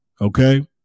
Okay